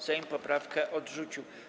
Sejm poprawkę odrzucił.